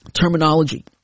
terminology